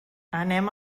anem